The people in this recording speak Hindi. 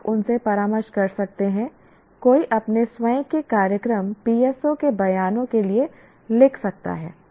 आप उनसे परामर्श कर सकते हैं कोई अपने स्वयं के कार्यक्रम PSO के बयानों के लिए लिख सकता है